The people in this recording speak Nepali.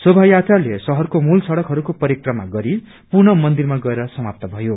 शोभा यात्राले शहरको मूल सड़कहरूको परिक्रमा गरी पुनः मन्दिरमा गएर समाप्त भयो